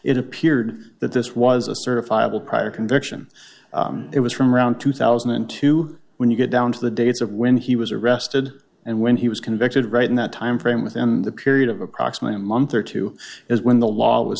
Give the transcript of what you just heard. it appeared that this was a certifiable prior conviction it was from around two thousand and two when you get down to the dates of when he was arrested and when he was convicted right in that timeframe within the period of approximately a month or two is when the law w